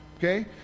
Okay